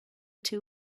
two